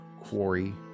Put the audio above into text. quarry